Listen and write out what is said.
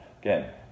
Again